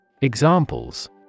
Examples